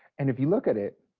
and if you look at it,